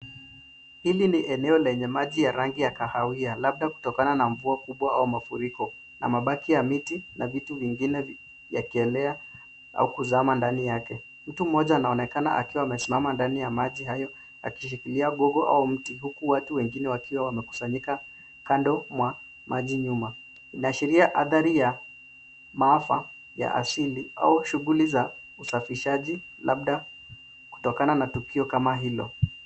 Hili ni eneo lenye maji ya rangi ya kahawia labda kutokana na mvua kubwa au mafuriko na mabaki ya miti na vitu vingine vyakielea au kuzama ndani yake. Mtu mmoja anaonekana akiwa amesimama ndani ya maji hayo akishikilia gugu au mti huku watu wengine wakiwa wamekusanyika kando mwa maji nyuma linaashiria adhari ya maafa ya asili au shughuli za usafishaji labda kutokana na tukio kama hilo.